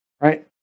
right